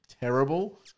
terrible